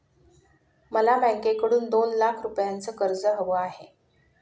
मला बँकेकडून दोन लाख रुपयांचं कर्ज हवं आहे